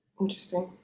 Interesting